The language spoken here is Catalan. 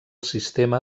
sistema